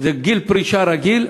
זה גיל פרישה רגיל,